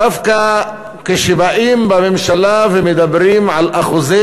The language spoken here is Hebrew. דווקא כשבאים בממשלה ומדברים על אחוזי